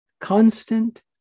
constant